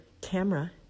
camera